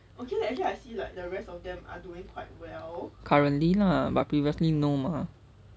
currently lah but previously no mah